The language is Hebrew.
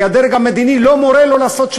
כי הדרג המדיני לא מורה לו לעשות.